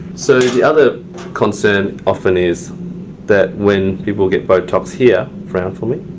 so the other concern often is that when people get botox here. frown for me.